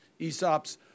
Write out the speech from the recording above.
ESOPs